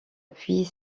puis